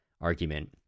argument